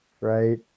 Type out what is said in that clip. right